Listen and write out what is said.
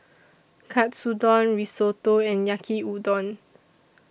Katsudon Risotto and Yaki Udon